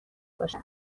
باشن